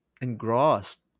engrossed